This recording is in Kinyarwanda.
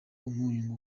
umunyu